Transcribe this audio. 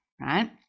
right